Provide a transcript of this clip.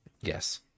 yes